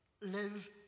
live